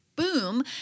boom